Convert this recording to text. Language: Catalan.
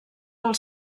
del